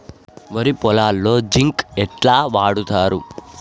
వరి పొలంలో జింక్ ఎట్లా వాడుతరు?